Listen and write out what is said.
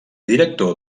director